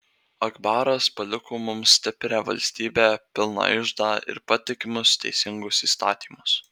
akbaras paliko mums stiprią valstybę pilną iždą ir patikimus teisingus įstatymus